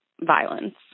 violence